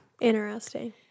Interesting